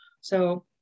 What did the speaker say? So-